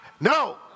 No